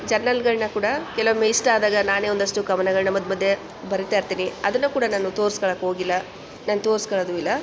ಜರ್ನಲ್ಗಳನ್ನ ಕೂಡ ಕೆಲವೊಮ್ಮೆ ಇಷ್ಟ ಆದಾಗ ನಾನೇ ಒಂದಷ್ಟು ಕವನಗಳನ್ನ ಮದ್ ಮಧ್ಯ ಬರೀತಾ ಇರ್ತೀನಿ ಅದನ್ನು ಕೂಡ ನಾನು ತೋರ್ಸ್ಕೊಳ್ಳೋಕೆ ಹೋಗಿಲ್ಲ ನಾನು ತೋರ್ಸ್ಕೊಳ್ಳೋದು ಇಲ್ಲ